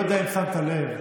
אני לא יודע אם שמת לב,